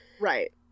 Right